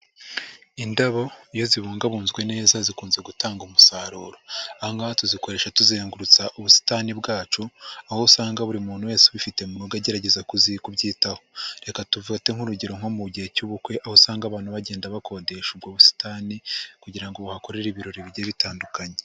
Indabo iyo zibungabunzwe neza zikunze gutanga umusaruro. Aha ngaha tuzikoresha tuzengurutsa ubusitani bwacu, aho usanga buri muntu wese ubifite murugo agerageza kuzitaho, reka dufate nk'urugero nko mu gihe cy'ubukwe aho usanga abantu bagenda bakodesha ubwo busitani kugira ngo bahakorere ibirori bigiye bitandukanye.